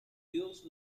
dios